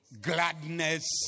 Gladness